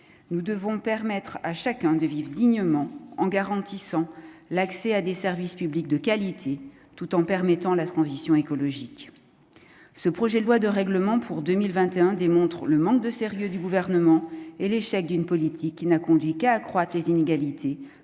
nous devons permettre à chacun de vivre dignement en garantissant l'accès à des services publics de qualité tout en permettant la transition écologique, ce projet de loi de règlement pour 2021 démontre le manque de sérieux du gouvernement et l'échec d'une politique qui n'a conduit qu'à accroître les inégalités